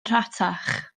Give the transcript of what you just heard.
rhatach